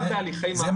זה מה שביקשנו.